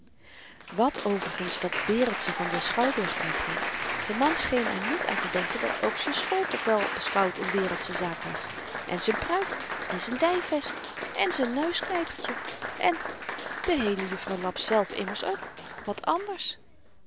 wat overigens dat wereldsche van den schouwburg aanging de man scheen er niet aan te denken dat ook z'n school toch wèl beschouwd n wereldsche zaak was en z'n pruik en z'n dyvest en z'n neusknypertje en de heele juffrouw laps zelf immers ook wat ànders